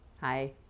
Hi